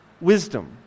wisdom